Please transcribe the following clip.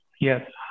Yes